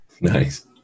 Nice